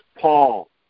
Paul